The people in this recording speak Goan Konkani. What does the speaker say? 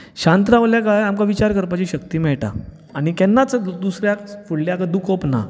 शांत रावले कांय आमकां विचार करपाची शक्ती मेळटा आनी केन्नाच दुसऱ्याक फुडल्यान दुखोवप ना